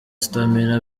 stamina